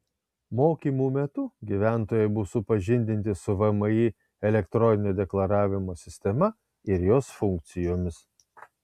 mokymų metu gyventojai bus supažindinti su vmi elektroninio deklaravimo sistema ir jos funkcijomis